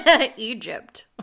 Egypt